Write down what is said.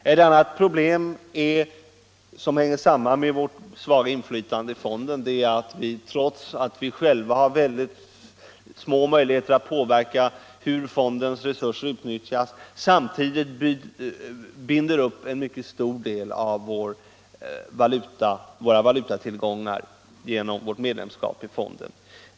Ett annat problem som hänger samman med vårt svaga inflytande i fonden är att vi — samtidigt som vi har små möjligheter att påverka hur fondens resurser utnyttjas — binder upp en mycket stor del av våra valutatillgångar genom vårt medlemskap.